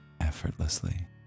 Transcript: effortlessly